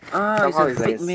somehow he's like a